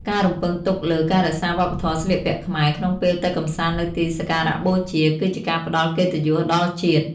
ការរំពឹងទុកលើ "ការរក្សាវប្បធម៌ស្លៀកពាក់ខ្មែរ" ក្នុងពេលទៅកម្សាន្តនៅទីសក្ការៈបូជា គឺជាការផ្ដល់កិត្តិយសដល់ជាតិ។